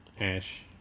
ash